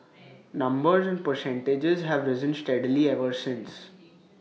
numbers and percentages have risen steadily ever since